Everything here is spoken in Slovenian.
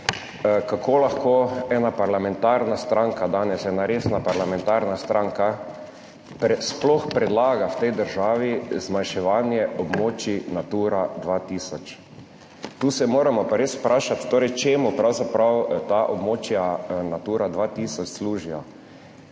Kako lahko ena parlamentarna stranka, danes ena resna parlamentarna stranka sploh predlaga v tej državi zmanjševanje območij Natura 2000. Tukaj se moramo pa res vprašati, torej čemu pravzaprav ta območja Natura 2000 služijo.